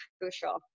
crucial